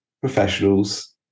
professionals